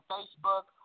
Facebook